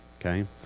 okay